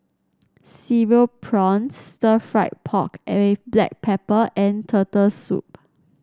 Cereal Prawns Stir Fried Pork Black Pepper and Turtle Soup